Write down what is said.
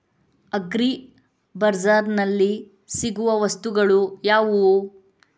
Agri ಬಜಾರ್ನಲ್ಲಿ ಸಿಗುವ ವಸ್ತುಗಳು ಯಾವುವು?